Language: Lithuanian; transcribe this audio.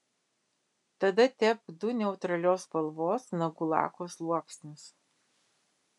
tada tepk du neutralios spalvos nagų lako sluoksnius